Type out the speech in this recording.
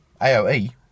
AOE